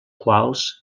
quals